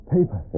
Paper